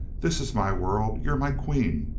this is my world. you're my queen.